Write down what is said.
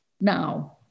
now